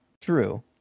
true